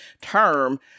term